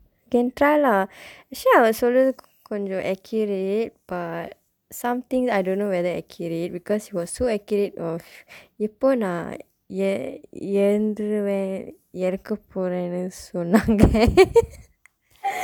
can try lah actually I அவர் சொல்வது கொஞ்சம்:avar solvathu konjsam accurate but some things I don't know whether accurate because he was so accurate of எப்போ நா இறந்துருவேன் இறக்கப்போறேன் சொன்னாங்க:epoo naa irandthuruveen irakkapooreen sonaangka